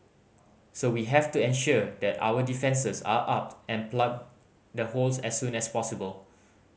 so we have to ensure that our defences are up and plug the holes as soon as possible